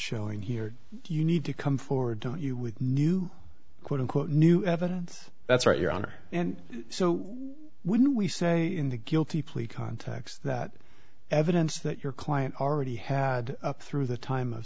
showing here you need to come forward to you with new quote unquote new evidence that's right your honor and so when we say in the guilty plea context that evidence that your client already had through the time of